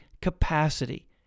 capacity